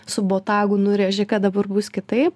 su botagų nurėži kad dabar bus kitaip